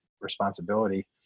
responsibility